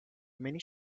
many